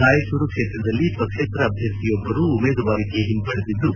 ರಾಯಚೂರು ಕ್ಷೇತ್ರದಲ್ಲಿ ಪಕ್ಷೇತರ ಅಭ್ವರ್ಥಿ ಒಬ್ಬರು ಉಮೇದುವಾರಿಕೆ ಹಿಂಪಡೆದಿದ್ದು